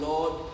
Lord